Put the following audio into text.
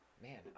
Man